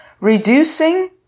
Reducing